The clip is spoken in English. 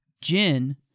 Jin